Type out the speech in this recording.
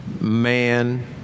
man